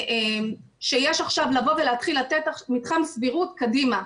שיש עכשיו לבוא ולהתחיל לתת מתחם סבירות קדימה.